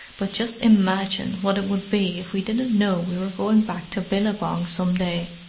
but just imagine what it would be if we didn't know we were going back to billabong some day!